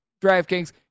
DraftKings